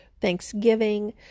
Thanksgiving